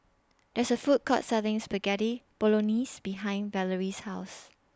There IS A Food Court Selling Spaghetti Bolognese behind Valery's House